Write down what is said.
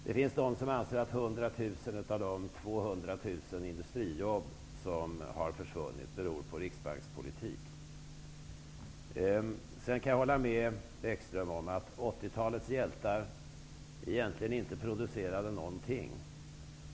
Det finns de som anser att 100 000 av de 200 000 industrijobb som har försvunnit beror på Jag kan hålla med Bäckström om att 80-talets hjältar egentligen inte producerade någonting.